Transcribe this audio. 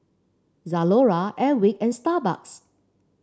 Zalora Airwick and Starbucks